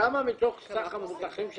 כמה באחוזים מתוך סך המבוטחים שלך,